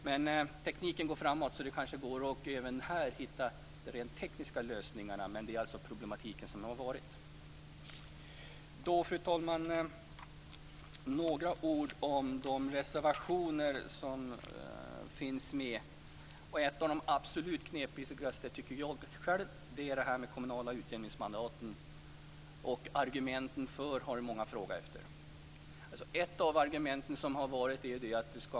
Men tekniken går ju framåt, så det är kanske möjligt att hitta de rent tekniska lösningarna även här. Fru talman! Då skall jag säga några ord om de reservationer som har fogats till betänkandet. En av det absolut knepigaste frågorna är detta med de kommunala utjämningsmandaten. Många har frågat efter argumenten för att ha en sådan ordning.